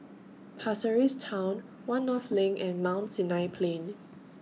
Pasir Ris Town one North LINK and Mount Sinai Plain